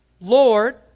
Lord